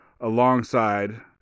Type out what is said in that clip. alongside